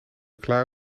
klaar